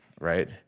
right